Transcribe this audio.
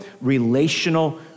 relational